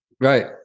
Right